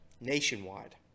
Nationwide